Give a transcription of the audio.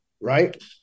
right